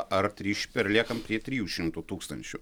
ar tryš per liekam prie trijų šimtų tūkstančių